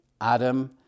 Adam